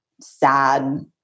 sad